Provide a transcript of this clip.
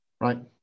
Right